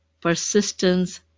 Persistence